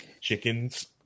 Chickens